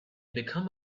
become